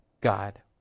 God